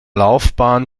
laufbahn